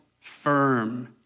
firm